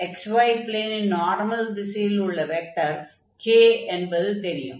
x y ப்ளேனின் normal திசையில் உள்ள வெக்டர் k என்று தெரியும்